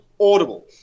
Audible